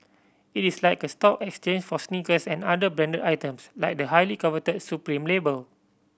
it is like a stock exchange for sneakers and other branded items like the highly coveted Supreme label